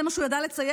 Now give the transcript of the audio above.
זה מה שהוא ידע לצייר,